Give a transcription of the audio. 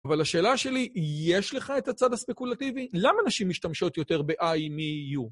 אבל השאלה שלי, יש לך את הצד הספקולטיבי? למה נשים משתמשות יותר ב-I מ-U?